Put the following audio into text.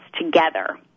together